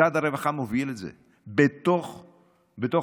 משרד הרווחה מוביל את זה בתוך הרשויות,